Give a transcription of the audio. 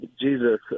Jesus